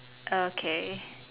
okay